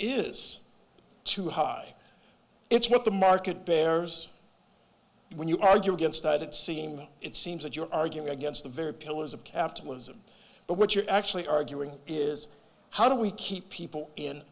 is too high it's what the market bears when you argue against it it seemed it seems that you're arguing against the very pillars of capitalism but what you're actually arguing is how do we keep people in